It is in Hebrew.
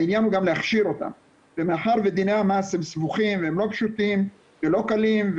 העניין הוא גם להכשיר אותם ומאחר ודיני המס סבוכים ולא פשוטים ולא קלים,